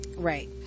Right